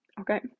okay